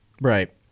Right